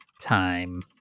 time